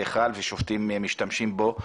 זה חל ושופטים משתמשים בו.